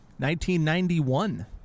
1991